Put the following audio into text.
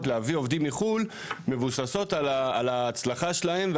להביא עובדים מחו"ל מבוססות על ההצלחה שלהן,